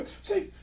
See